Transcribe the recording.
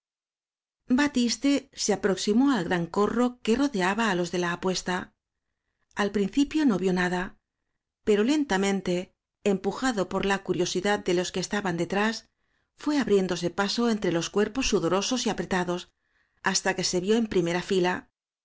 batiste se aproximó al gran corro que ro deaba á los de la apuesta al principio no vió nada pero lentamente empujado por la curiosidad de los que esta ban detrás fué abriéndose paso entre los cuer pos sudorosos y apretados hasta que se vió en primera fila